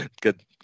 Good